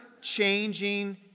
changing